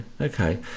okay